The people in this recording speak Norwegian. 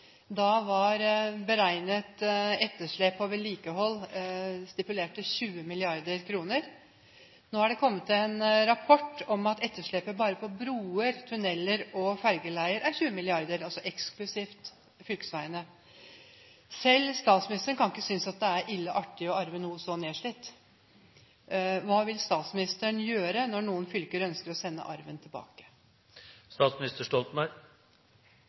vedlikehold stipulert til 20 mrd. kr. Nå er det kommet en rapport om at etterslepet bare på broer, tunneler og fergeleier er 20 mrd. kr, altså eksklusiv fylkesveiene. Selv ikke statsministeren kan synes at det er «ille» artig å arve noe så nedslitt. Hva vil statsministeren gjøre når noen fylker ønsker å sende arven